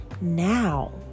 now